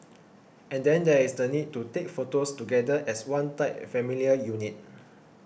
and then there is the need to take photos together as one tight familial unit